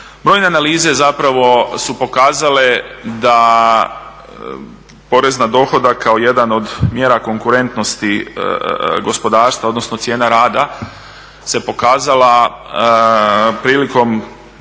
Brojne analize zapravo su pokazale da porez na dohodak kao jedan od mjera konkurentnosti gospodarstva, odnosno cijene rada se pokazala prilikom